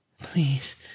Please